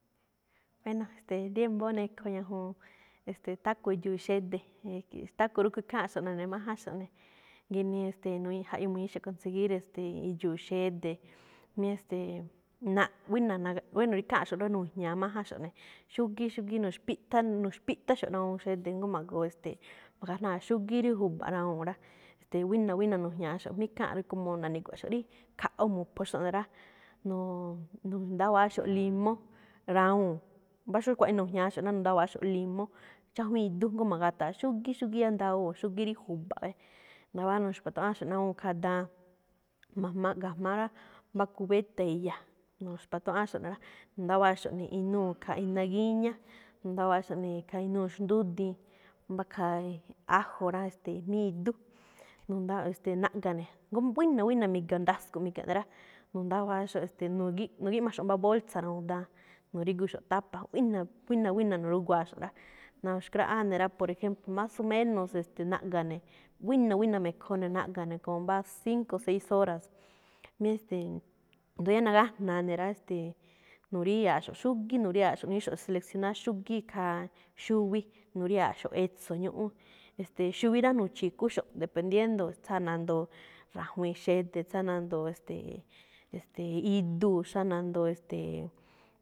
Bueno, ste̱e̱ rí mbóó nekho ñajuun, e̱ste̱e̱, taco idxu̱u̱ xede̱. Taco rúꞌkho̱ kháanxo̱ꞌ nu̱ne̱májánxo̱ꞌ ne̱. Ginii ste̱e̱ nu̱ñi̱í, jaꞌyoo mu̱ñi̱íxo̱ꞌ conseguir, e̱ste̱e̱, idxu̱u̱ xede̱, mí e̱ste̱e̱. Naꞌ, buína̱ nagaꞌ, bueno rí ikháanꞌxo̱ꞌ rá, nu̱jña̱a májánxo̱ꞌ ne̱. Xúgíí, xúgíí, nu̱xpíꞌthá nu̱xpíꞌtháxo̱ꞌ rawuun xe̱de̱ jngó ma̱goo, e̱ste̱e̱, ma̱ga̱jnáa xúgíí rí ju̱ba̱ꞌ rawuu̱n rá. Ste̱e̱, buína̱, buína̱ nu̱jña̱axo̱ꞌ jmí kháanꞌ rá, como na̱ni̱gua̱xo̱ꞌ rí khaꞌo mu̱phoxo̱ꞌ ne̱ rá. Nu̱u̱ nu̱ndáwa̱áxo̱ꞌ limóo rawuu̱n. Mbá xóo kuaꞌnii nu̱jña̱a rawuu̱n, nu̱ndáwa̱áxo̱ꞌ limóo, chájwíin idú jngó ma̱gata̱a xúgíí, xúgíí iyandawoo̱, xúgíí rí ju̱ba̱ꞌ. E̱ꞌ nda̱wa̱á nu̱xpatuáꞌánxo̱ꞌ ná awúun khaa daan, ma̱jmaa ga̱jma̱á rá, mbá cubeta iya, nu̱xpa̱tuáꞌánxo̱ꞌ ne̱ rá, na̱ndáwa̱áxo̱ꞌ ne̱ inúu khaa iná gíñá, nu̱ndáwa̱áxo̱ꞌ ne̱ khaa inúu xndúdiin, mbá khaa ee ajo rá, e̱ste̱e̱, mí idú, nu̱ndáwa̱áꞌ. Naꞌga ne̱, jngó buína̱, buína̱ mi̱ga̱ ndasko̱ꞌ mi̱ga̱ ne̱ rá. Nu̱ndáwa̱áxo̱ꞌ, ste̱e̱, nu̱gíꞌ nu̱gíꞌmaxo̱ꞌ mbá bolsa rawuun daan, nu̱ríguxo̱ꞌ tapa, buína̱, buína̱, buína̱ nu̱ruga̱axo̱ꞌ rá. Na̱xkráꞌáá ne̱ rá, por ejemplo, más o menos, e̱ste̱, naꞌga̱ ne̱, buína̱, buína̱ me̱khoo ne̱, naꞌga̱ ne̱ com mbá cinco seis horas. Mí ste̱e̱, ndóo yáá nagájna̱á ne̱ rá, ste̱e̱, nu̱ríxa̱aꞌxo̱ꞌ xúgíí nu̱ríya̱aꞌxo̱ꞌ, nu̱ñi̱íxo̱ꞌ seleccionar xúgíí ikhaa xuwi, nu̱ríya̱aꞌxo̱ꞌ etso̱ ñúꞌún. E̱ste̱e̱, xuwi rá nu̱chi̱kúxo̱ꞌ, dependiendo tsáa nandoo ra̱jwi̱in xede̱, tsáa nandoo, e̱ste̱e̱, e̱ste̱e̱, iduu̱, tsáa nandoo, e̱ste̱e̱